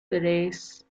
tres